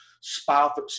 spouse